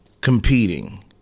competing